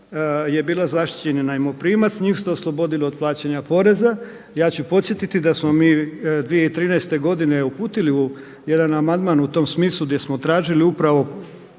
je bila zaštićeni najmoprimac njih ste oslobodili od plaćanja poreza. Ja ću podsjetiti da smo mi 2013. godine uputili u jedan amandman u tom smislu gdje smo tražili upravo